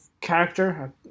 character